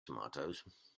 tomatoes